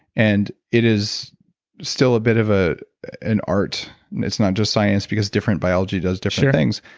and it is still a bit of ah an art and it's not just science because different biology does different things.